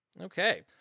okay